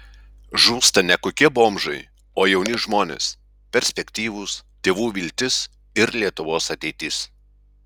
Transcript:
žūsta ne kokie bomžai o jauni žmonės perspektyvūs tėvų viltis ir lietuvos ateitis